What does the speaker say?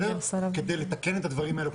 כדי לתקן את הדברים האלו,